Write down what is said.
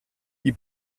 die